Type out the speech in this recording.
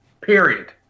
Period